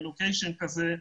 רילוקיישן כזה,